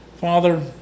Father